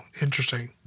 interesting